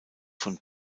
von